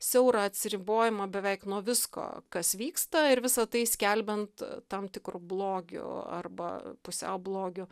siaurą atsiribojimą beveik nuo visko kas vyksta ir visa tai skelbiant tam tikru blogiu arba pusiau blogiu